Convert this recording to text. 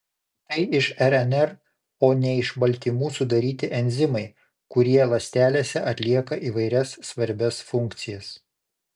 tai iš rnr o ne iš baltymų sudaryti enzimai kurie ląstelėse atlieka įvairias svarbias funkcijas